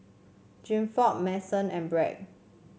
Gilford Mason and Bret